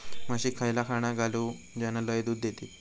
म्हशीक खयला खाणा घालू ज्याना लय दूध देतीत?